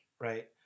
Right